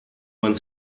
man